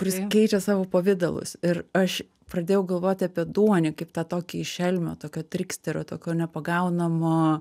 kuris keičia savo pavidalus ir aš pradėjau galvoti apie duonį kaip tą tokį šelmio tokio triksterio tokio nepagaunamo